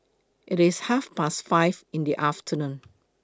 IT IS Half Past five in The afternoon